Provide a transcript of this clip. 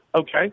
Okay